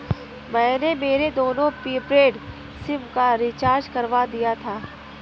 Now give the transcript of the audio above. मैंने मेरे दोनों प्रीपेड सिम का रिचार्ज करवा दिया था